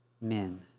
men